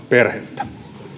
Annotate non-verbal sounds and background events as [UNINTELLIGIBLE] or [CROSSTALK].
[UNINTELLIGIBLE] perhettä